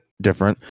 different